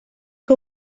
que